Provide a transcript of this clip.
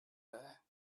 there